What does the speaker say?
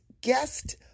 guest